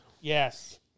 yes